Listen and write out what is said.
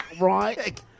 Right